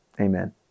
Amen